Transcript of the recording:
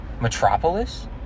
Metropolis